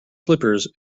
slippers